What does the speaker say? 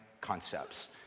concepts